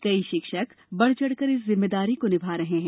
कई शिक्षक बढ़ चढ़कर इस जिम्मेदारी को निभा रहे हैं